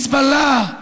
אולי של חיזבאללה?